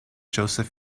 joseph